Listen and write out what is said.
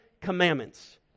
Commandments